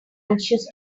anxious